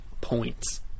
points